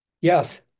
Yes